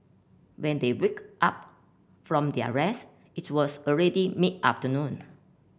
when they wake up from their rest it was already mid afternoon